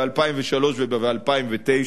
ב-2003 וב-2009,